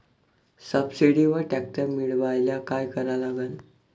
सबसिडीवर ट्रॅक्टर मिळवायले का करा लागन?